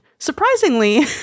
surprisingly